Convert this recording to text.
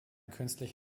künstlich